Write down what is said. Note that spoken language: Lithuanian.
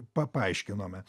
pa paaiškinome